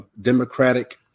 Democratic